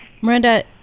Miranda